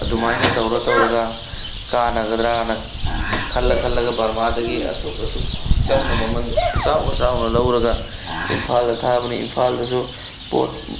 ꯑꯗꯨꯃꯥꯏꯅ ꯇꯧꯔ ꯇꯧꯔꯒ ꯀꯥꯟꯅꯒꯗ꯭ꯔꯅ ꯈꯜꯂ ꯈꯜꯂꯒ ꯕꯔꯃꯥꯗꯒꯤ ꯑꯁꯨꯛ ꯑꯁꯨꯛ ꯆꯪꯅ ꯃꯃꯟ ꯆꯥꯎꯅ ꯆꯥꯎꯅ ꯂꯧꯔꯒ ꯏꯝꯐꯥꯜꯗ ꯊꯥꯕꯅꯤ ꯏꯝꯐꯥꯜꯗꯁꯨ ꯄꯣꯠ